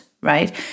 right